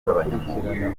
b’abanyamwuga